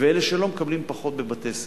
ואלה שלא, מקבלים פחות בבתי-ספר.